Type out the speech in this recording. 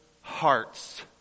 hearts